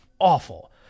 awful